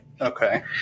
Okay